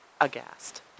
aghast